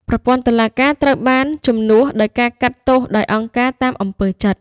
ប្រព័ន្ធតុលាការត្រូវបានជំនួសដោយការកាត់ទោសដោយ "អង្គការ" តាមអំពើចិត្ត។